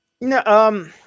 No